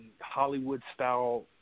Hollywood-style